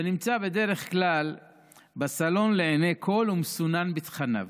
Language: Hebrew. ונמצא בדרך כלל בסלון לעיני כל ומסונן בתכניו.